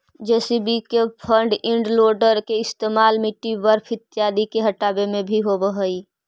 JCB के front end loader के इस्तेमाल मिट्टी, बर्फ इत्यादि के हँटावे में भी होवऽ हई